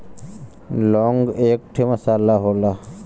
लौंग एक ठे मसाला होला